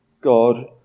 God